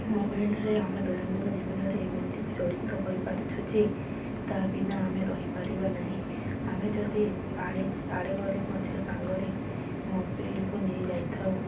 ମୋବାଇଲରେ ଆମେ ଦୈନନ୍ଦିନ ଜୀବନରେ ଏମିତି ଜଡ଼ିତ ହୋଇପାରୁଛୁ ଯେ ତା' ବିନା ଆମେ ରହିପାରିବା ନାହିଁ ଆମେ ଯଦି ଯୁଆଡ଼େ ଗଲେ ମଧ୍ୟ ସାଙ୍ଗରେ ମୋବାଇଲକୁ ନେଇ ଯାଇଥାଉ